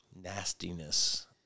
nastiness